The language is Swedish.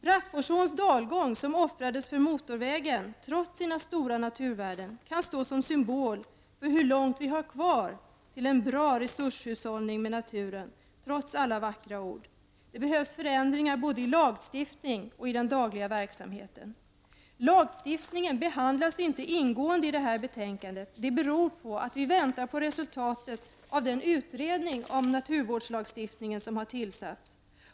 Bratteforsåns dalgång som, trots sina stora naturvärden, offrades för en motorväg kan stå som en symbol för hur långt vi har kvar till en bra resurshushållning med naturen, alla vackra ord till trots. Det behövs alltså förändringar både i lagstiftningen och i den dagliga verksamheten. Lagstiftningen behandlas inte ingående i betänkandet. Men det beror på att vi väntar på resultatet av den utredning av naturvårdslagstiftningen som har tillsatts.